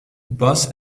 bus